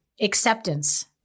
acceptance